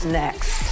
next